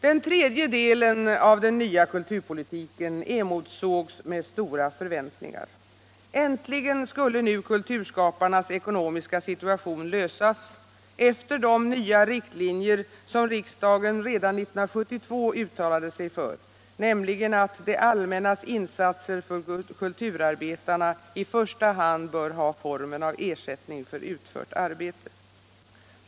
Den tredje delen av den nya kulturpolitiken emotsågs med stora förväntningar. Äntligen skulle nu kulturskaparnas ekonomiska problem lösas — efter de nya riktlinjer som riksdagen redan 1972 uttalade sig för, nämligen att ”det allmännas insatser för kulturarbetarna i första hand bör ha formen av ersättning för utfört arbete”.